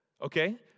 Okay